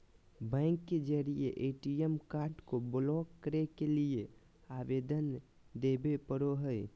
bank के जरिए ATM card को ब्लॉक करे के लिए आवेदन देबे पड़ो हइ